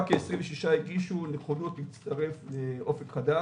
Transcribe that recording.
רק כ-26 מתוכן הביעו נכונות להצטרף לאופק חדש.